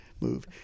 move